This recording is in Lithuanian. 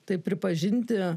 tai pripažinti